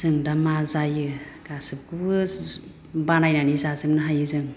जों दा मा जायो गासिखौबो बानायनानै जाजोबनो हायो जों